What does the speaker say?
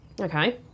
Okay